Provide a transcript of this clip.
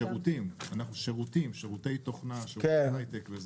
בשירותים, שירותי תוכנה, שירותי ההיי-טק.